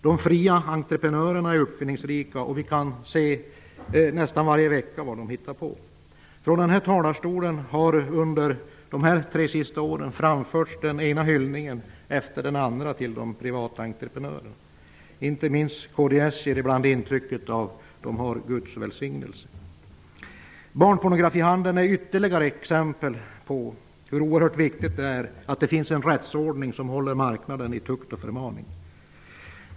De fria entreprenörerna är uppfinningsrika, och vi kan se nästan varje vecka vad de hittar på. Från den här talarstolen har under de senaste tre åren framförts den ena hyllningen efter den andra till de privata entreprenörerna. Inte minst kds ger ibland intrycket av att de har Guds välsignelse. Barnpornografihandeln är ytterligare ett exempel på hur oerhört viktigt det är att det finns en rättsordning som håller marknaden i tukt och förmaning.